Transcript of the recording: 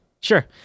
Sure